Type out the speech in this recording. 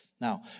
Now